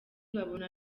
babona